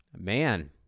man